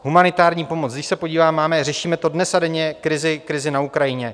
Humanitární pomoc, když se podívám, máme, řešíme to dnes a denně, krizi na Ukrajině.